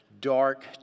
dark